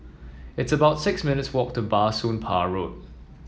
it's about six minutes' walk to Bah Soon Pah Road